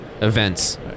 events